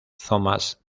thomas